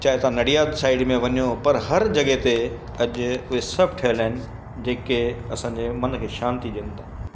चाहे तव्हां नडियाद साइड में वञो पर हर जॻह ते अॼु उहे सभु ठहियल आहिनि जे के असांजे मन खे शांति ॾियनि था